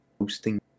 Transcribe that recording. hosting